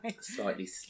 Slightly